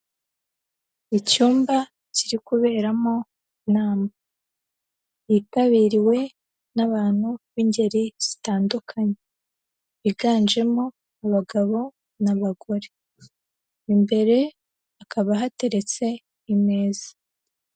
Icyumba kiri kuberamo inama yitabiriwe n'abantu b'ingeri zitandukanye biganjemo abagabo n'abagore, imbere hakaba hateretse imeza.